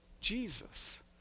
Jesus